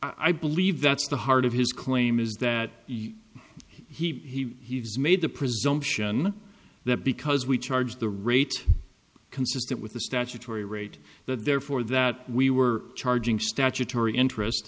i believe that's the heart of his claim is that he made the presumption that because we charge the rate consistent with the statutory rate therefore that we were charging statutory interest